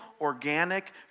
organic